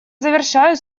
завершаю